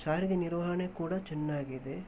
ಸಾರಿಗೆ ನಿರ್ವಹಣೆ ಕೂಡ ಚೆನ್ನಾಗಿದೆ